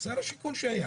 שר השיכון הקודם.